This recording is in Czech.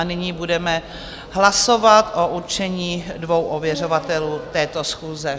Nyní budeme hlasovat o určení dvou ověřovatelů této schůze.